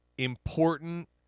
Important